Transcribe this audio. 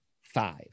five